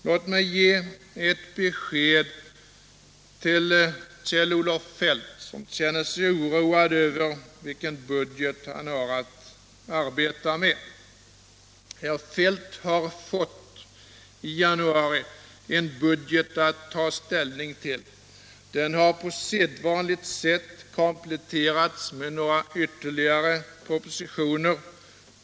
Låt mig ge ett besked till Kjell-Olof Feldt, som känner sig oroad över vilken budget han har att arbeta med. Herr Feldt har i januari fått en budget att ta ställning till. Den har på sedvanligt sätt kompletterats med några ytterligare propositioner.